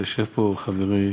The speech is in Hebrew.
יושב פה חברי